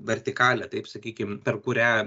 vertikalia taip sakykim per kurią